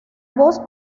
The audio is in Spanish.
voz